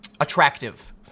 attractive